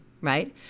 right